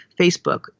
Facebook